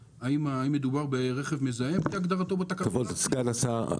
מדובר ברכב מזהם על פי הגדרתו בתקנות הארציות.